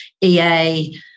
EA